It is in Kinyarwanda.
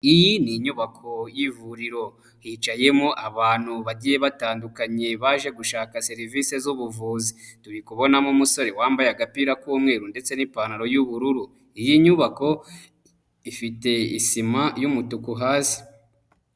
Iyi ni inyubako y'ivuriro. Hicayemo abantu bagiye batandukanye baje gushaka serivise z'ubuvuzi. Turi kubonamo umusore wambaye agapira k'umweru ndetse n'ipantaro y'ubururu. Iyi nyubako ifite isima y'umutuku hasi.